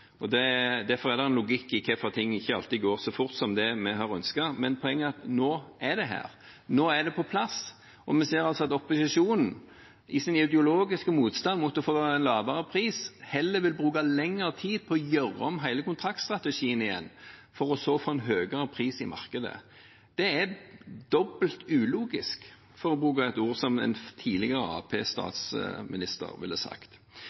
skal godt gjøres. Derfor er det en logikk i hvorfor ting ikke alltid går så fort som det vi har ønsket. Men poenget er at nå er det her, nå er det på plass, og vi ser altså at opposisjonen – i sin ideologiske motstand mot å få en lavere pris – heller vil bruke lengre tid på å gjøre om hele kontraktstrategien, for så å få en høyere pris i markedet. Det er dobbelt ulogisk, for å si det slik en tidligere Arbeiderparti-statsminister ville sagt.